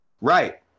Right